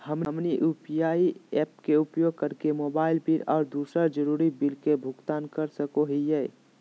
हमनी UPI apps के उपयोग करके मोबाइल बिल आ दूसर जरुरी बिल के भुगतान कर सको हीयई